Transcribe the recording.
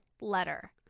letter